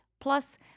Plus